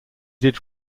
did